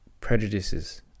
prejudices